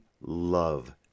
love